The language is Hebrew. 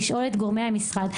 לשאול את גורמי המשרד,